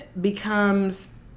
becomes